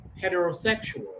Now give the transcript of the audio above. heterosexual